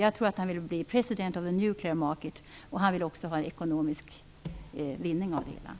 Jag tror att han vill bli president där, och få ekonomisk vinning av det hela.